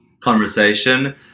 conversation